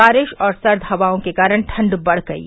बारिश और सर्द हवाओं के कारण ठण्ड बढ़ गयी